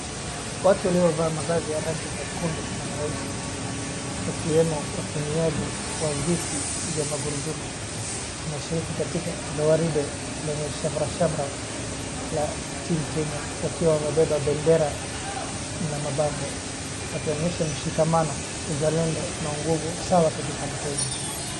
Watu waliovaa mavazi ya rangi nyekundu na nyeusi, wakiwemo watumiuaji wa viti vya magurudumu. wanashiriki katika gwaride lenye shamra shamra la team Kenya, wakiwa wamebeba bendera na mabango, wakionyesha mshilkamano, uzalendo na uguvu sawa katika mchezo.